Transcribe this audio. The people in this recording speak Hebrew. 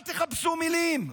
אל תכבסו מילים.